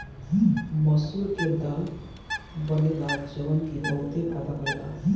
मसूर के दाल बनेला जवन की बहुते फायदा करेला